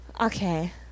okay